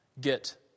Get